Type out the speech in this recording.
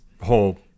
whole –